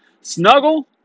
snuggle